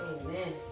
Amen